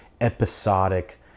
episodic